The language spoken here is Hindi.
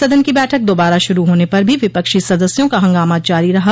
सदन की बैठक दोबारा शुरू होने पर भी विपक्षी सदस्यों का हंगामा जारी रहा